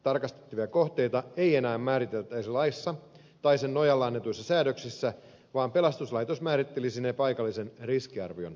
tarkastettavia kohteita ei enää määriteltäisi laissa tai sen nojalla annetuissa säädöksissä vaan pelastuslaitos määrittelisi ne paikallisen riskiarvion perusteella